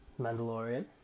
Mandalorian